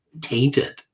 tainted